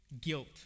Guilt